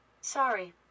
Sorry